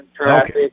traffic